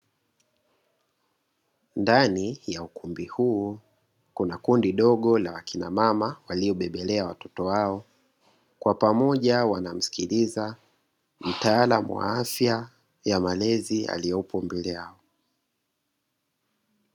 Ndani ya ukumbi huu kuna kundi dogo la wakina mama waliobebelea watoto wao Kwa pamoja wanamsikiliza mtaalamu wa afya ya malezi aliyepo mbele yao.